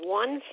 one